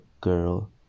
girl